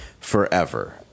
forever